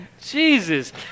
Jesus